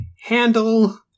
handle